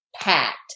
packed